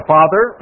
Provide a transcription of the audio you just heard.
Father